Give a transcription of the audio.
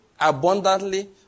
abundantly